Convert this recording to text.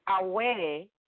away